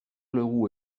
leroux